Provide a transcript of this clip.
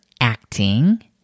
acting